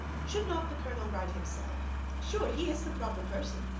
should not the colonel write himself sure, he is the proper person.